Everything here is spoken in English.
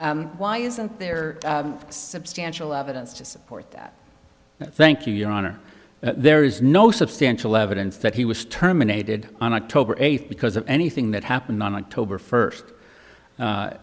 warning why isn't there substantial evidence to support that thank you your honor there is no substantial evidence that he was terminated on october eighth because of anything that happened on october first